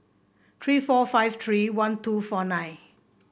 three four five three one two four nine